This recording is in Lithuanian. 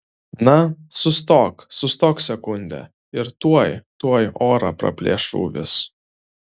na sustok sustok sekundę ir tuoj tuoj orą perplėš šūvis